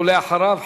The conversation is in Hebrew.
ואחריו,